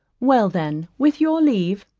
well then, with your leave,